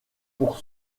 pour